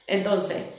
Entonces